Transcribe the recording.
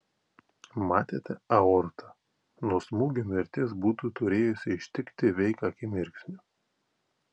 matėte aortą nuo smūgio mirtis būtų turėjusi ištikti veik akimirksniu